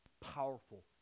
powerful